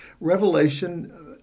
Revelation